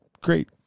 great